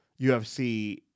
UFC